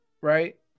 right